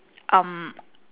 um